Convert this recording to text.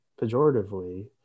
pejoratively